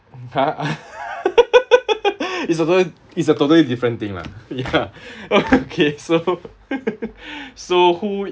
ha it's a totally it's a totally different thing lah ya okay so so who